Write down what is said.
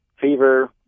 fever